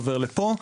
עובר לפה.